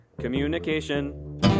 Communication